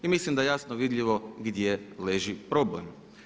I mislim da je jasno vidljivo gdje leži problem.